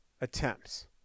attempts